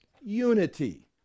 Unity